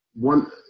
One